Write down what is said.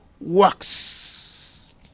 works